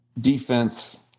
defense –